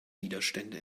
widerstände